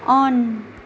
on